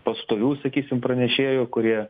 pastovių sakysim pranešėjų kurie